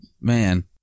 man